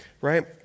right